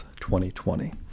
2020